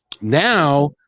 Now